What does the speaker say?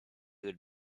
would